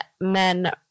men